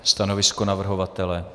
Stanovisko navrhovatele?